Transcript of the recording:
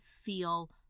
feel